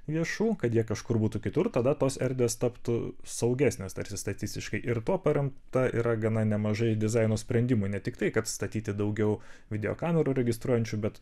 viešų kad jie kažkur būtų kitur tada tos erdvės taptų saugesnės tarsi statistiškai ir tuo paremta yra gana nemažai dizaino sprendimų ne tiktai kad statyti daugiau video kamerų registruojančių bet